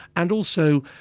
and also,